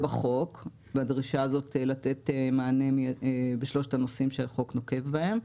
בחוק בדרישה הזאת לתת מענה בשלושת הנושאים שהחוק נוקב בהם.